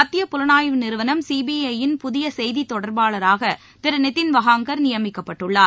மத்திய புலனாய்வு நிறுவனம் சி பி ஐ யின் புதிய செய்தித்தொடர்பாளராக திரு நிதின் வகாங்கள் நியமிக்கப்பட்டுள்ளார்